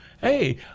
hey